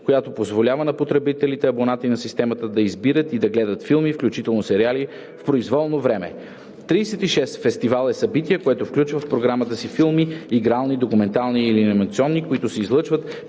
която позволява на потребителите, абонати на системата, да избират и да гледат филми, включително сериали, в произволно време. 36. „Фестивал“ е събитие, което включва в програмата си филми (игрални, документални или анимационни), които се излъчват